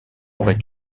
aurait